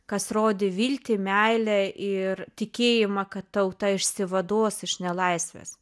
kas rodė viltį meilę ir tikėjimą kad tauta išsivaduos iš nelaisvės